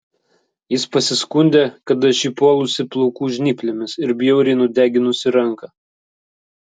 jis pasiskundė kad aš jį puolusi plaukų žnyplėmis ir bjauriai nudeginusi ranką